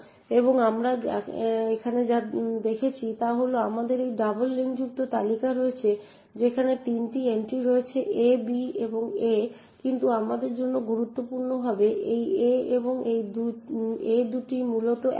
এবং আমরা এখানে যা দেখছি তা হল আমাদের এই ডাবল লিঙ্কযুক্ত তালিকা রয়েছে যেখানে 3টি এন্ট্রি রয়েছে a b এবং a কিন্তু আমাদের জন্য গুরুত্বপূর্ণভাবে এই a এবং এই a দুটিই মূলত একই